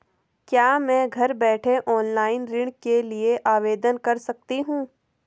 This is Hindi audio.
क्या मैं घर बैठे ऑनलाइन ऋण के लिए आवेदन कर सकती हूँ?